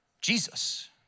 Jesus